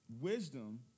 Wisdom